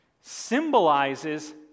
symbolizes